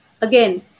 again